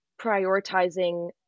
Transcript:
prioritizing